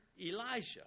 Elijah